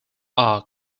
are